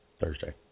Thursday